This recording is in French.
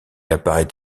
apparaît